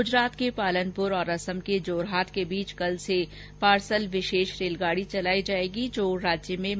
गुजरात के पालनपुर और असम के जोरहाट के बीच कल से पार्सल विषेष गाड़ी चला रहा है जो राज्य में है